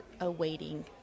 awaiting